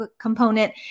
component